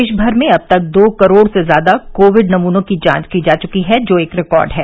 देश भर में अब तक दो करोड़ से ज्यादा कोविड नमूनों की जांच की जा चुकी है जो एक रिकॉर्ड है